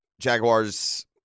Jaguars